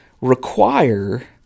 require